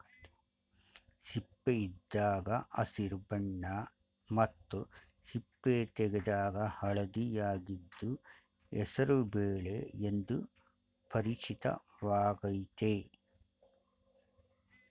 ಸಿಪ್ಪೆಯಿದ್ದಾಗ ಹಸಿರು ಬಣ್ಣ ಮತ್ತು ಸಿಪ್ಪೆ ತೆಗೆದಾಗ ಹಳದಿಯಾಗಿದ್ದು ಹೆಸರು ಬೇಳೆ ಎಂದು ಪರಿಚಿತವಾಗಯ್ತೆ